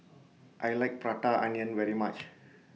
I like Prata Onion very much